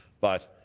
but